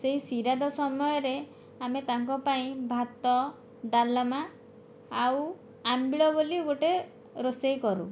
ସେହି ଶ୍ରାଦ୍ଧ ସମୟରେ ଆମେ ତାଙ୍କ ପାଇଁ ଭାତ ଡାଲମା ଆଉ ଆମ୍ବିଳ ବୋଲି ଗୋଟେ ରୋଷେଇ କରୁ